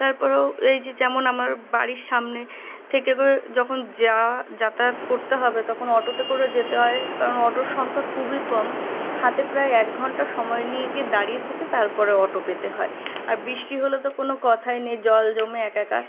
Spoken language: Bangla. তারপরেও এই যে যেমন আমার বাড়ির সামনে থেকে তো যখন যাওয়া যাতায়াত করতে হবে তখন অটোতে করে যেতে হয় কারণ অটোর সংখ্যা খুবই কম হাতে প্রায় এক ঘন্টা সময় নিয়ে গিয়ে দাঁড়িয়ে থেকে তারপরে অটো পেতে হয় আর বৃষ্টি হলে তো কোনো কথাই নেই জল জমে একাকার